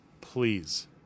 Please